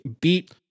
beat